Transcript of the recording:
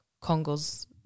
Congo's